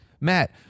Matt